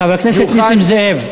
יוכל, חבר הכנסת נסים זאב.